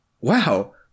Wow